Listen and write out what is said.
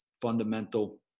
fundamental